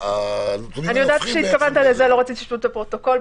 אני יודעת שהתכוונת לזה רציתי לדייק לפרוטוקול.